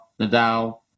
Nadal